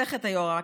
זה חטא היוהרה,